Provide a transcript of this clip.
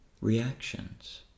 reactions